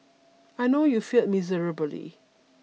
I know you failed miserably